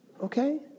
Okay